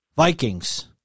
Vikings